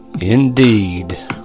indeed